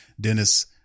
Dennis